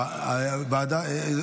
ועדת הפנים.